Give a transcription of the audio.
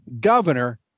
governor